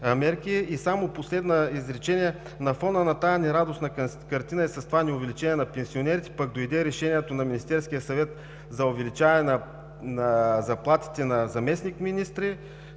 И само последно изречение. На фона на тази нерадостна картина и с това неувеличение на пенсионерите, пък дойде решението на Министерския съвет за увеличаване на заплатите на заместник-министри,